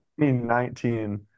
2019